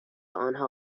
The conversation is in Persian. آنها